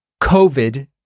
COVID